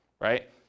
Right